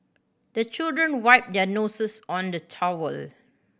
the children wipe their noses on the towel